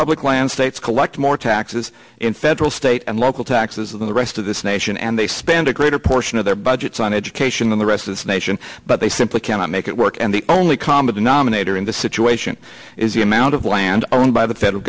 public land states collect more taxes in federal state and local taxes than the rest of this nation and they spend a greater portion of their budgets on education than the rest of the nation but they simply cannot make it work and the only common denominator in this situation is the amount of land owned by the federal